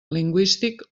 lingüístic